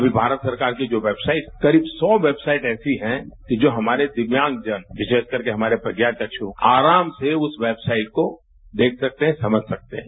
अभी भारत सरकार की जो वेबसाइट करीब सौ वेबसाइट ऐसी है कि जो हमारे दिव्यांगजन विशेष करके हमारे प्रज्ञाचक्षु आराम से उस वेबसाइट को देख सकते है समझ सकते है